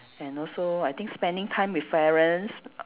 and also I think spending time with parents